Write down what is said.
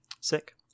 sick